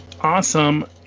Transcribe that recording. awesome